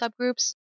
subgroups